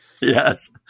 Yes